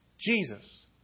Jesus